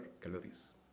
calories